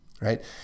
right